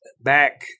back